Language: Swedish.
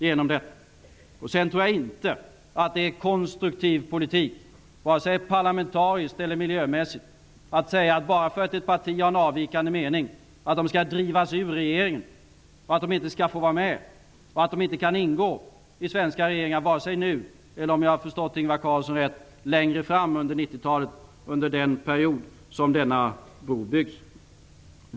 Sedan tror jag inte att det är konstruktiv politik, vare sig parlamentariskt eller miljömässigt, att ett parti, bara för att det har en avvikande mening, skall drivas ut ur regeringen, att det inte skall få vara med och att det inte kan ingå i svenska regeringar vare sig nu eller längre fram under 90 talet -- om jag har förstått Ingvar Carlsson rätt -- under den period som denna bro byggs.